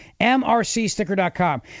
mrcsticker.com